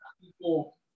people